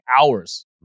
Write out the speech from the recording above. hours